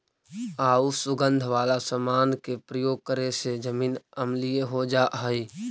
आउ सुगंध वाला समान के प्रयोग करे से जमीन अम्लीय हो जा हई